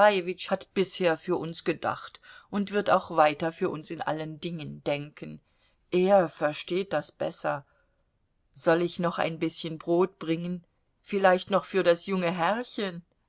hat bisher für uns gedacht und wird auch weiter für uns in allen dingen denken er versteht das besser soll ich noch ein bißchen brot bringen vielleicht noch für das junge herrchen